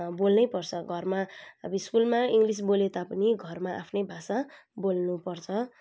बोल्नै पर्छ घरमा अब स्कुलमा इङ्ग्लिस बोले तापनि घरमा आफ्नै भाषा बोल्नुपर्छ